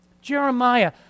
Jeremiah